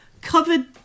covered